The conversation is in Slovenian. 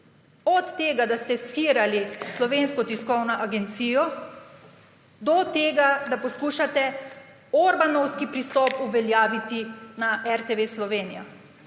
Od tega, da ste shirali Slovensko tiskovno agencijo, do tega, da poskušate orbanovski pristop uveljaviti na RTV Slovenija.